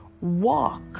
walk